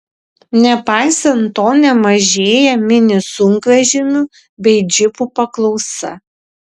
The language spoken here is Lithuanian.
nepaisant to nemažėja mini sunkvežimių bei džipų paklausa